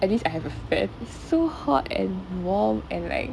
at least I have a fan it's so hot and warm and like